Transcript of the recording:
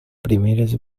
primeres